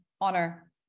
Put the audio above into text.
honor